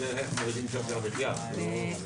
עופר כסיף, בבקשה.